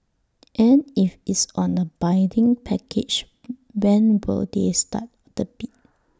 and if it's on A bidding package when will they start the bid